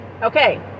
okay